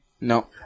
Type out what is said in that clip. No